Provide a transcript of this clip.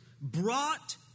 brought